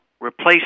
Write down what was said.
replace